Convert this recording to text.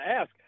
ask